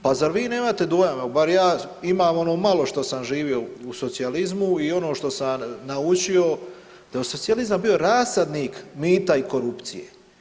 Pa zar vi nemate dojam, evo bar ja imam ono malo što sam živio u socijalizmu i ono što sam naučio, da je socijalizam bio rasadnik mita i korupcije?